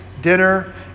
dinner